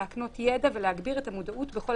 להקנות ידע ולהגביר את המודעות בכל